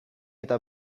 eta